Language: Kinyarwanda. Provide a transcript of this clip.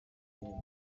rwigara